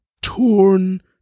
torn